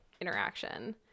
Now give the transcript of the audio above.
interaction